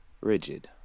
rigid